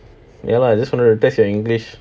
ya lah I just want to test your english